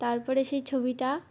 তারপরে সেই ছবিটা